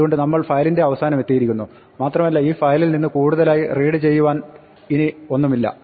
അതുകൊണ്ട് നമ്മൾ ഫയലിന്റെ അവസാനമെത്തിയിരിക്കുന്നു മാത്രമല്ല ഈ ഫയലിൽ നിന്ന് കൂടുതലായി റീഡ് ചെയ്യവാൻ ഇനി ഒന്നുമില്ല